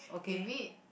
is it